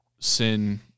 sin